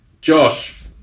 Josh